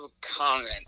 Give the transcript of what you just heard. comment